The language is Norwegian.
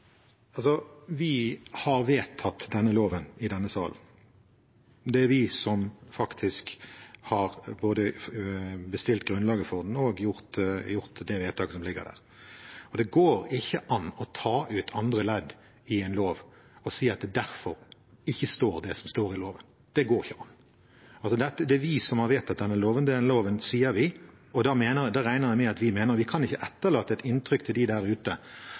er vi som faktisk både har bestilt grunnlaget for den og gjort det vedtaket som ligger der. Det går ikke an å ta ut andre ledd i en lov og si at det derfor ikke står det som står i loven. Det går ikke an. Det er vi som har vedtatt denne loven, og da regner jeg med at vi mener at vi ikke kan etterlate et inntrykk av til dem der ute